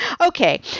Okay